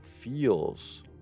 feels